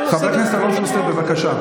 חבר הכנסת אלון שוסטר, בבקשה.